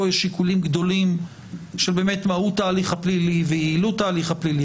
פה יש שיקולים גדולים של מהות ההליך הפלילי ויעילות ההליך הפלילי,